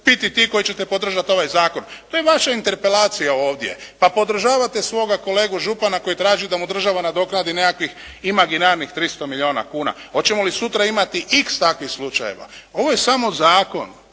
biti ti koji ćete podržati ovaj zakon, to je vaša interpelacija ovdje, pa podržavate svoga kolegu župana koji traži da mu država nadoknadi nekakvih imaginarnih 300 milijuna kuna. Hoćemo li sutra imati X takvih slučajeva? Ovo je samo zakon